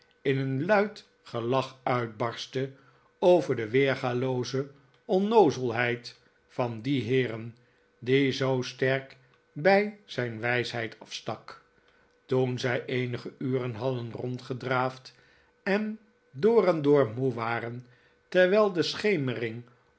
in een luid geach uitbarstte over de weergalooze onnoozelheid van die heeren die zoo sterk bij zijn wijsheid afstak toen zij eenige uren hadden rondgedraafd en door en door moe waren terwijl de schemering